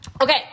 Okay